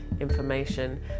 information